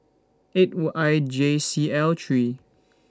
eight I J C L three